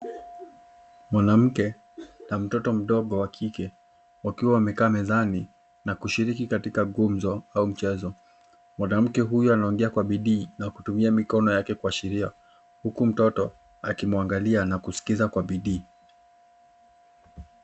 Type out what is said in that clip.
Mwanamke na mtoto mdogo wa kike wakiwa wamekaa mezani na kushiriki katika gumzo au mchezo. Mwanamke huyo anaongea kwa bidii na kutumia mikono yake kuashiria huku mtoto akimwangalia na kusikiza kwa bidii.